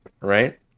Right